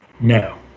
No